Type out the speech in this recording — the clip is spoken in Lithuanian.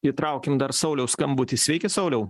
įtraukim dar sauliaus skambutį sveiki sauliau